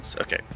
okay